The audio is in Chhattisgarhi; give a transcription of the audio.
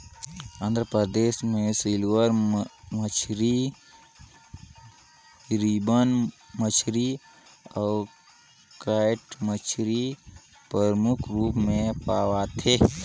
आंध्र परदेस में सिल्वर मछरी, रिबन मछरी अउ कैट मछरी परमुख रूप में पवाथे